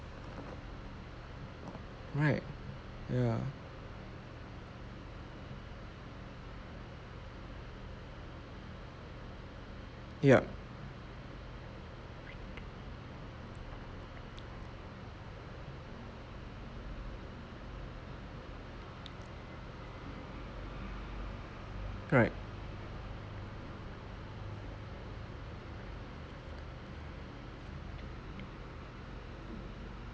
right ya yup correct